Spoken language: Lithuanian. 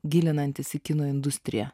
gilinantis į kino industriją